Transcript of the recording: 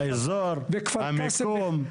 האזור, המיקום.